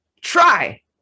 try